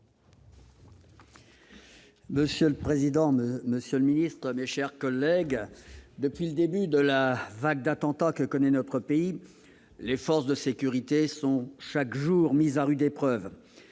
Monsieur le président, monsieur le ministre, mes chers collègues, depuis le début de la vague d'attentats que connaît notre pays, les forces de sécurité sont chaque jour mises à rude épreuve.